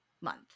month